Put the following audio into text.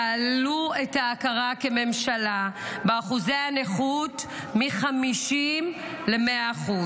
תעלו את ההכרה כממשלה באחוזי הנכות מ-50% ל-100%.